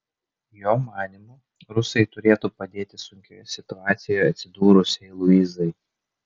jo manymu rusai turėtų padėti sunkioje situacijoje atsidūrusiai luizai